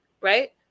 right